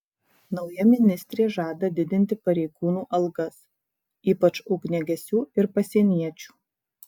nauja ministrė žada didinti pareigūnų algas ypač ugniagesių ir pasieniečių